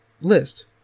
list